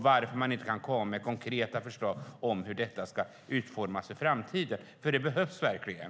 Varför kan man inte komma med konkreta förslag om hur detta ska utformas i framtiden? Det behövs verkligen.